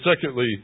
secondly